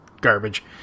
garbage